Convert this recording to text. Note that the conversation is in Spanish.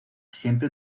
siempre